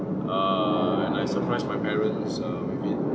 err and I surprised my parents uh with it